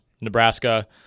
Nebraska